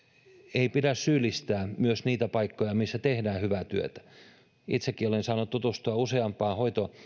ei pidä syyllistää niitä paikkoja missä tehdään hyvää työtä itsekin olen saanut tutustua useampaan